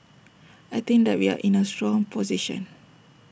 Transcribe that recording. I think that we are in A strong position